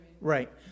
Right